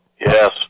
Yes